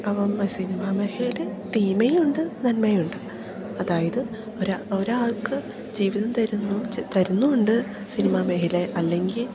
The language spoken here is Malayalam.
അപ്പം സിനിമ മേഖലയിൽ തിന്മ ഉണ്ട് നന്മയും ഉണ്ട് അതായത് ഒരാൾക്ക് ജീവിതം തരുന്നു തരുന്നുമുണ്ട് സിനിമ മേഖല അല്ലെങ്കിൽ